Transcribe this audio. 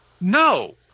No